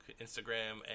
Instagram